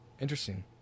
Interesting